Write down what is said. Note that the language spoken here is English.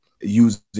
using